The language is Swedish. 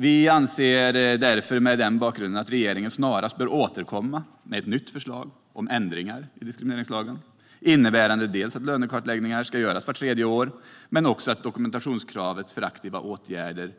Mot denna bakgrund anser vi att regeringen snarast bör återkomma med ett nytt förslag om ändringar i diskrimineringslagen innebärande att lönekartläggningar ska göras vart tredje år och att dokumentationskravet för aktiva åtgärder,